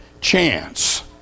chance